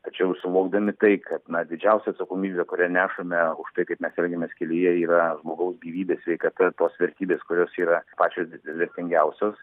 tačiau suvokdami tai kad na didžiausia atsakomybė kurią nešame už tai kaip mes elgiamės kelyje yra žmogaus gyvybė sveikata tos vertybės kurios yra pačios di vertingiausios